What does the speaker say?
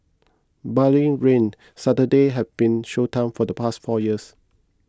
barring rain Saturday has been show time for the past four years